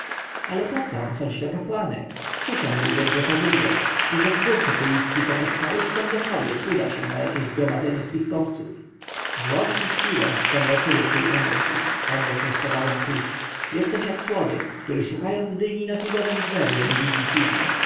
ale poco on chodzi do kapłanek przysiągłbym że to wybieg i że gbur chetyjski zamiast na ucztę do kobiet uda się na jakieś zgromadzenie spiskowców złość i chciwość zamroczyły twój umysł odrzekł z powagą kusz jesteś jak człowiek który szukając dyni na figowem drzewie nie widzi figi